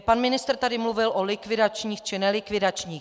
Pan ministr tady mluvil o likvidačních či nelikvidačních.